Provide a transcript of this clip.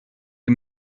die